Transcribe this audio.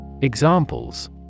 Examples